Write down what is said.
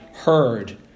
Heard